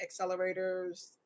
accelerators